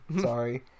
Sorry